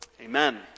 Amen